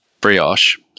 brioche